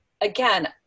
again